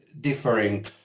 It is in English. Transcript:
differing